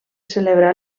celebrà